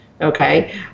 okay